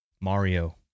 Mario